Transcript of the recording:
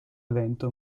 evento